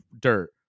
dirt